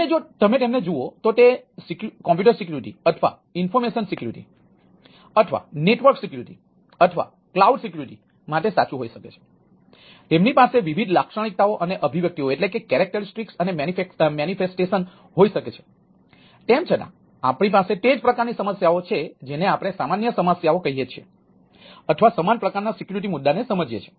અને જો તમે તેમને જુઓ તો તે કમ્પ્યુટર સિક્યુરિટી હોઈ શકે છે તેમ છતાં આપણી પાસે તે જ પ્રકારની સમસ્યાઓ છે જેને આપણે સામાન્ય સમસ્યાઓ કહીએ છીએ અથવા સમાન પ્રકારના સિક્યુરિટી મુદ્દાઓને સમજીએ છીએ